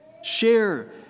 Share